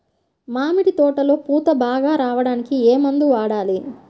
మామిడి తోటలో పూత బాగా రావడానికి ఏ మందు వాడాలి?